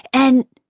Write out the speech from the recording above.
and,